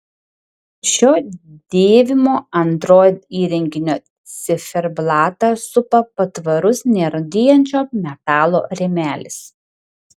šio dėvimo android įrenginio ciferblatą supa patvarus nerūdijančio metalo rėmelis